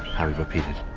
harry repeated,